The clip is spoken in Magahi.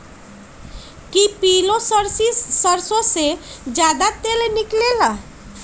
कि पीली सरसों से ज्यादा तेल निकले ला?